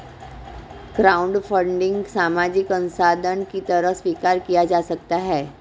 crowdfunding सामाजिक अंशदान की तरह स्वीकार किया जा सकता है